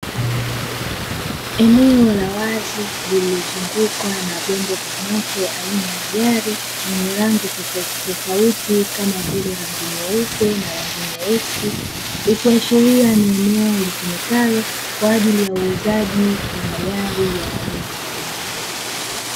Eneo la wazi lililozungukwa na vyombo vya moto aina ya gari yenye rangi tofautitofauti kama vile rangi nyeupe na rangi nyeusi ikiashiria ni eneo litumikalo kwa ajili ya uuzaji wa magari ya aina mbalimbali.